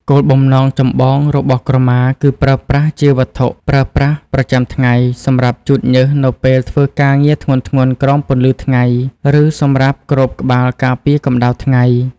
គោលបំណងចម្បងរបស់ក្រមាគឺប្រើប្រាស់ជា វត្ថុប្រើប្រាស់ប្រចាំថ្ងៃ សម្រាប់ជូតញើសនៅពេលធ្វើការងារធ្ងន់ៗក្រោមពន្លឺថ្ងៃ ឬសម្រាប់គ្របក្បាលការពារកម្ដៅថ្ងៃ។